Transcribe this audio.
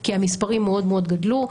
כי המספרים מאוד מאוד גדלו.